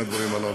הללו,